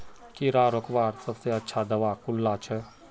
कीड़ा रोकवार सबसे अच्छा दाबा कुनला छे?